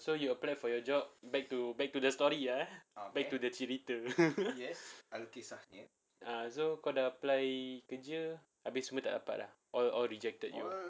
so you apply for your job back to back to the story ya back to the cerita so kau dah apply kerja habis semua tak dapat ah all all rejected you